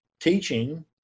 teaching